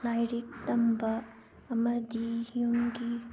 ꯂꯥꯏꯔꯤꯛ ꯇꯝꯕ ꯑꯃꯗꯤ ꯌꯨꯝꯒꯤ